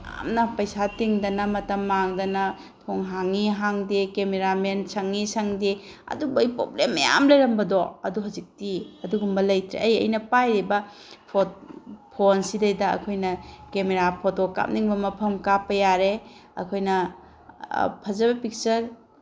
ꯌꯥꯝꯅ ꯄꯩꯁꯥ ꯇꯤꯡꯗꯅ ꯃꯇꯝ ꯃꯥꯡꯗꯅ ꯊꯣꯡ ꯍꯥꯡꯉꯤ ꯍꯥꯡꯗꯦ ꯀꯦꯃꯦꯔꯥꯃꯦꯟ ꯁꯪꯉꯤ ꯁꯪꯉꯦ ꯑꯗꯨꯝꯕꯒꯤ ꯄ꯭ꯔꯣꯕ꯭ꯂꯦꯝ ꯃꯌꯥꯝ ꯂꯩꯔꯝꯕꯗꯣ ꯑꯗꯨ ꯍꯧꯖꯤꯛꯇꯤ ꯑꯗꯨꯒꯨꯝꯕ ꯂꯩꯇ꯭ꯔꯦ ꯑꯩ ꯑꯩꯅ ꯄꯥꯏꯔꯤꯕ ꯐꯣꯟꯁꯤꯗꯩꯗ ꯑꯩꯈꯣꯏꯅ ꯀꯦꯃꯦꯔꯥ ꯐꯣꯇꯣ ꯀꯥꯞꯅꯤꯡꯕ ꯃꯐꯝ ꯀꯥꯞꯄ ꯌꯥꯔꯦ ꯑꯩꯈꯣꯏꯅ ꯐꯖꯕ ꯄꯤꯛꯆꯔ